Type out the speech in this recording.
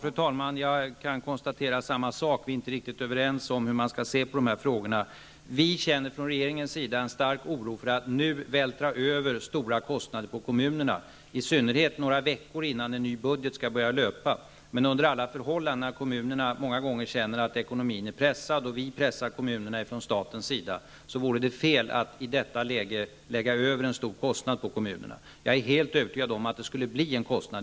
Fru talman! Jag konstaterar samma sak. Roland Larsson och jag är inte riktigt överens om hur man skall se på dessa frågor. Vi i regeringen känner stark oro för att nu vältra över stora kostnader på kommunerna, i synnerhet några veckor innan en ny budget skall börja löpa. Under alla förhållanden vore det fel att i detta läge, då kommunerna många gånger har en pressad ekonomi och då vi från statens sida pressar kommunerna, lägga över en stor kostnad på kommunerna. Jag är helt övertygad om att det skulle bli en kostnad.